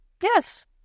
Yes